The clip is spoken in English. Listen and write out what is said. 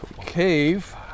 cave